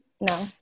No